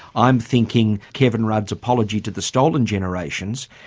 i'm thinking, kevin rudd's apology to the stolen generations.